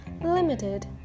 Limited